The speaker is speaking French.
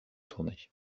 tournée